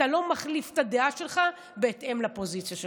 אתה לא מחליף את הדעה שלך בהתאם לפוזיציה שלך.